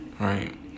right